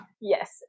Yes